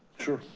sure.